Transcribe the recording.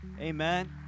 Amen